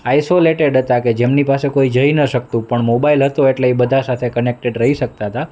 isolated હતા કે જેમની પાસે કોઈ જઈ ન શકતું પણ મોબાઈલ હતો એટલે એ બધા સાથે કનેક્ટેડ રહી શકતા તા